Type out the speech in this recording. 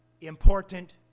important